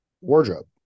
wardrobe